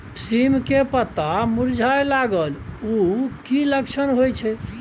सीम के पत्ता मुरझाय लगल उ कि लक्षण होय छै?